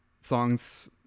songs